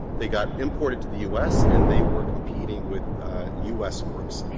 they got imported to the u s. and they were competing with u s. works,